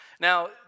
Now